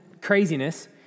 craziness